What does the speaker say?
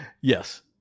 yes